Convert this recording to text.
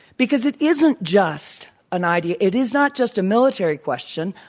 because it isn't just an idea. it is not just a military question.